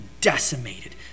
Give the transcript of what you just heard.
decimated